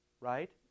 right